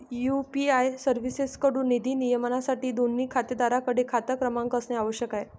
UPI सर्व्हिसेसएकडून निधी नियमनासाठी, दोन्ही खातेधारकांकडे खाता क्रमांक असणे आवश्यक आहे